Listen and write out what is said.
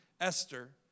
Esther